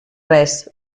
res